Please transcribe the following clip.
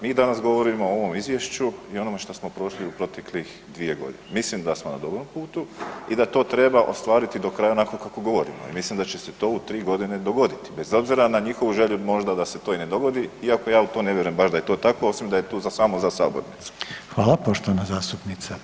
Mi danas govorimo o ovom izvješću i onome što smo prošli u proteklih 2 g., mislim da smo na dobrom putu i da to treba ostvariti do kraja onako kao govorimo i mislim da će se to u 3 g. dogoditi, bez obzira na njihovu želju možda da se to i ne dogodi, iako ja u to vjerujem baš da je to tako, osim da je to za samo za sabornicu.